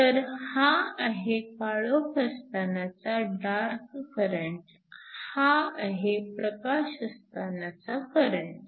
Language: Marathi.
तर हा आहे काळोख असतानाचा डार्क करंट हा आहे प्रकाश असतानाचा करंट